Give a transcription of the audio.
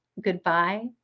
goodbye